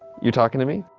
you're talkin' to me?